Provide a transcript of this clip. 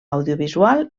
audiovisual